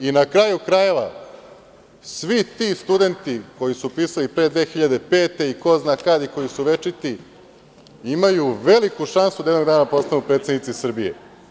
Na kraju krajeva, svi ti studenti koji su upisali pre 2005. godine i ko zna kad i koji su večiti, imaju veliku šansu da jednog dana postanu predsednici Srbije.